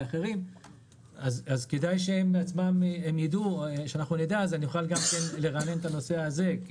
אז נוכל לרענן גם את הנושא הזה.